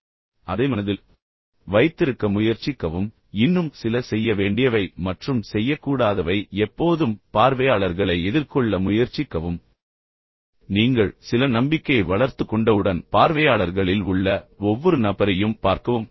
எனவே அதை மனதில் வைத்திருக்க முயற்சிக்கவும் இன்னும் சில செய்ய வேண்டியவை மற்றும் செய்யக்கூடாதவை எப்போதும் பார்வையாளர்களை எதிர்கொள்ள முயற்சிக்கவும் நீங்கள் சில நம்பிக்கையை வளர்த்துக் கொண்டவுடன் பார்வையாளர்களில் உள்ள ஒவ்வொரு நபரையும் பார்க்கவும்